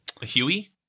Huey